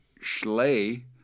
Schley